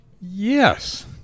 Yes